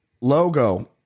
logo